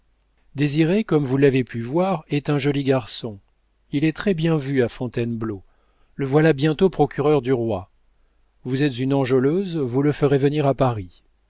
désiré comme vous l'avez pu voir est un joli garçon il est très-bien vu à fontainebleau le voilà bientôt procureur du roi vous êtes une enjôleuse vous le ferez venir à paris